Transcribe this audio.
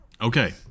Okay